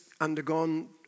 undergone